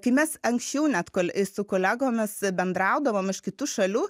kai mes anksčiau net kol su kolegomis bendraudavom iš kitų šalių